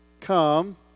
come